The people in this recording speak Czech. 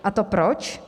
A to proč?